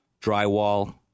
drywall